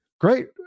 Great